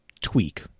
tweak